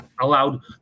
allowed